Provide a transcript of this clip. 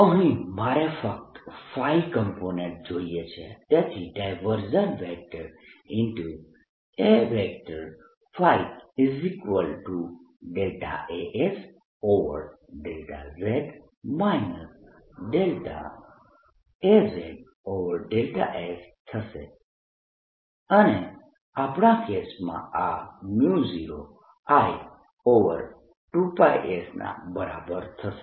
હવે અહીં મારે ફક્ત કોમ્પોનેન્ટ જોઈએ છે તેથી A|As∂z Az∂s થશે અને આપણા કેસમાં આ 0I2πs ના બરાબર થશે